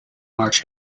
march